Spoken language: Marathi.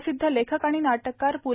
प्रसिद्ध लेखक आणि नाटककार प्